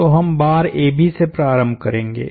तो हम बार AB से प्रारंभ करेंगे